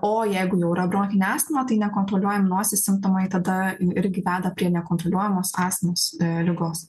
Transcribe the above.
o jeigu jau yra bronchinė astma tai nekontroliuojant nosies simptomai tada jie irgi veda prie nekontroliuojamos astmos ligos